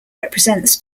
represents